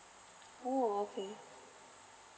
oh okay